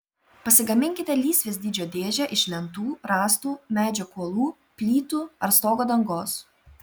pasigaminkite lysvės dydžio dėžę iš lentų rąstų medžio kuolų plytų ar stogo dangos